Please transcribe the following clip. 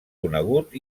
conegut